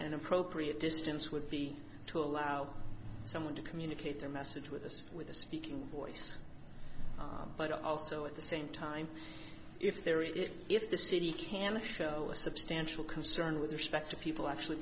an appropriate distance would be to allow someone to communicate their message with this with a speaking voice but also at the same time if there is if the city can to show a substantial concern with respect to people actually